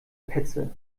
petze